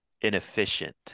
inefficient